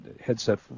headset